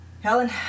Helen